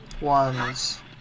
ones